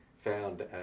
found